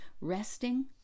resting